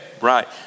Right